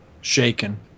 shaken